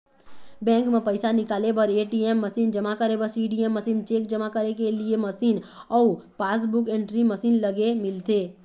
bank म पइसा निकाले बर ए.टी.एम मसीन, जमा करे बर सीडीएम मशीन, चेक जमा करे के मशीन अउ पासबूक एंटरी मशीन लगे मिलथे